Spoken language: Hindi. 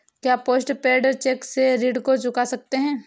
क्या पोस्ट पेड चेक से ऋण को चुका सकते हैं?